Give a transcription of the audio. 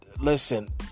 listen